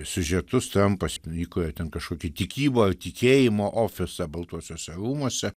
siužetus trampas įkuria ten kažkokį tikybą tikėjimo ofisą baltuosiuose rūmuose